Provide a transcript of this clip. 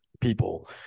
people